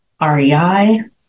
REI